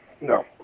no